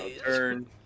turn